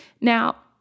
Now